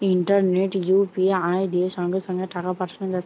ইন্টারনেটে ইউ.পি.আই দিয়ে সঙ্গে সঙ্গে টাকা পাঠানা যাচ্ছে